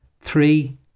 Three